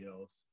else